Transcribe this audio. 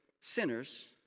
sinners